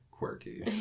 quirky